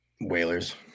Whalers